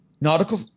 nautical